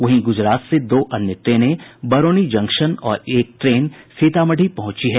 वहीं गुजरात से दो अन्य ट्रेनें बरौनी जंक्शन और एक ट्रेन सीतामढ़ी पहुंची हैं